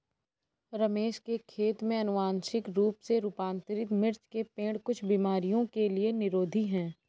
रमेश के खेत में अनुवांशिक रूप से रूपांतरित मिर्च के पेड़ कुछ बीमारियों के लिए निरोधी हैं